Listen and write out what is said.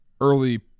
early